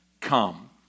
come